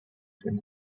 have